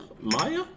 Maya